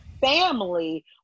family